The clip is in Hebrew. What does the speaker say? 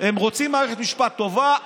הם רוצים מערכת משפט טובה,